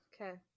Okay